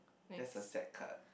that's a sad card